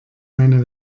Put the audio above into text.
meine